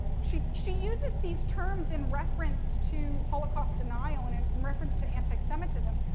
she she uses these terms in reference to holocaust denial and in reference to anti-semitism.